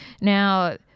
Now